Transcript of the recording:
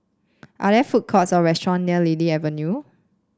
are there food courts or restaurant near Lily Avenue